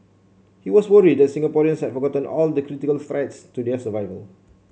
he was worried that Singaporeans had forgotten all the critical threats to their survival